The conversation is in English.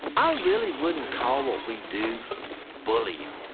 i really wouldn't call what we do bullying.